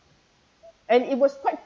and it was quite